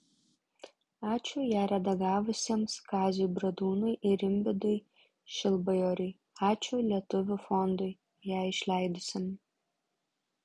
ačiū ją redagavusiems kaziui bradūnui ir rimvydui šilbajoriui ačiū lietuvių fondui ją išleidusiam